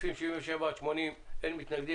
מי נגד?